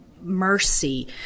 mercy